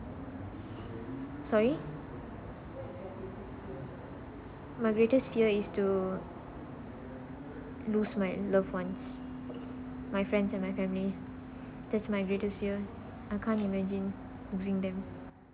sorry my greatest fear is to lose my love ones my friends and my family that's my greatest fear I can't imagine losing them